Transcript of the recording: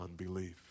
unbelief